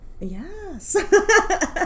yes